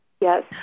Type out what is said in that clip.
Yes